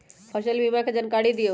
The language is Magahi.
फसल बीमा के जानकारी दिअऊ?